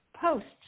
posts